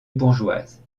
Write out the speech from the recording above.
bourgeoise